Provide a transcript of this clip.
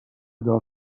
دار